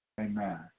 Amen